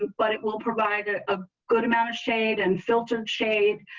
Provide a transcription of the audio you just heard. but it will provide a ah good amount of shade and filtered shade.